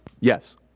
Yes